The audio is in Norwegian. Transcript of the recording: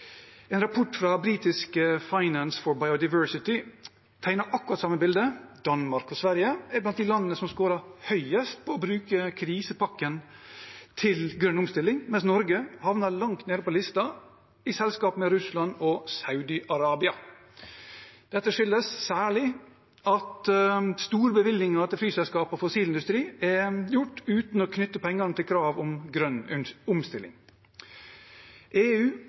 En rapport fra britiske Finance for Biodiversity tegner akkurat det samme bildet – Danmark og Sverige er blant de landene som skårer høyest på å bruke krisepakken til grønn omstilling, mens Norge havner langt nede på listen, i selskap med Russland og Saudi-Arabia. Dette skyldes særlig at store bevilgninger til flyselskaper og fossil industri er gjort uten å knytte pengene til krav om grønn omstilling. EU